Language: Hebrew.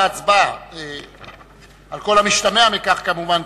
כרוכה בהצבעה, על כל המשתמע מכך, כמובן.